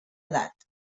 edat